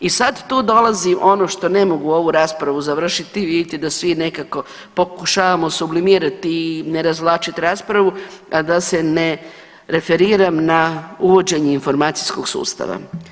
I sad tu dolazi ono što ne mogu ovu raspravu završiti vidite da svi nekako pokušavamo sublimirati i ne razvlačiti raspravu, a da se ne referiram na uvođenje informacijskog sustava.